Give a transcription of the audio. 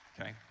Okay